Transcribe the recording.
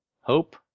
Hope